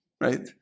right